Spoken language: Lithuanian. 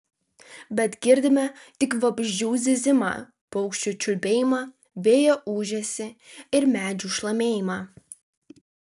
bet girdime tik vabzdžių zyzimą paukščių čiulbėjimą vėjo ūžesį ir medžių šlamėjimą